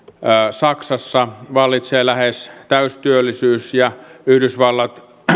saksassa vallitsee lähes täystyöllisyys ja yhdysvallat